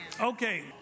Okay